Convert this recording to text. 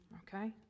okay